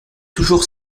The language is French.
toujours